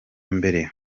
mbere